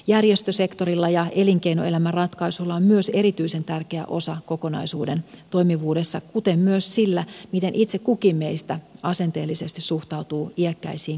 järjestösektorilla ja elinkeinoelämän ratkaisuilla on myös erityisen tärkeä osa kokonaisuuden toimivuudessa kuten myös sillä miten itse kukin meistä asenteellisesti suhtautuu iäkkäisiin kanssaihmisiimme